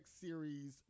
series